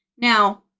Now